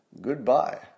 Goodbye